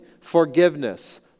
forgiveness